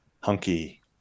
hunky